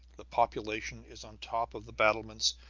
the population is on top of the battlements,